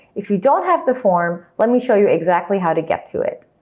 if you don't have the form, let me show you exactly how to get to it.